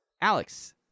Alex